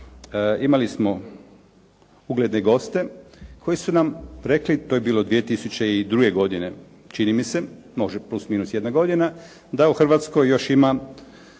imali smo ugledne goste koji su nam rekli, to je bilo 2002. godine, čini mi se, može plus minus jedna godina, da u Hrvatskoj još ima